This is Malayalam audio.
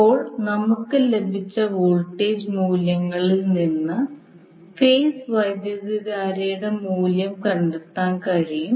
ഇപ്പോൾ നമുക്ക് ലഭിച്ച വോൾട്ടേജ് മൂല്യങ്ങളിൽ നിന്ന് ഫേസ് വൈദ്യുതധാരയുടെ മൂല്യം കണ്ടെത്താൻ കഴിയും